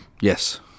Yes